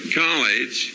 college